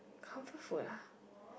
comfort food ah